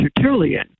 Tertullian